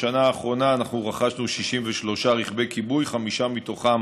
בשנה האחרונה רכשנו 63 רכבי כיבוי, חמישה מתוכם